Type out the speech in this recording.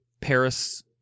Paris